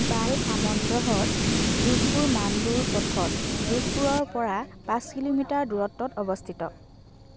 বাল সামন্দৰ হ্ৰদ যোধপুৰ মাণ্ডোৰ পথত যোধপুৰৰপৰা পাঁচ কিলোমিটাৰ দূৰত্বত অৱস্থিত